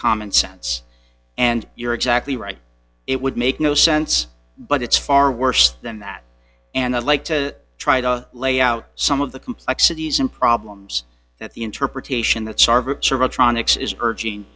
common sense and you're exactly right it would make no sense but it's far worse than that and i'd like to try to lay out some of the complexities and problems that the interpretation that